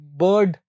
bird